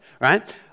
right